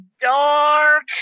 dark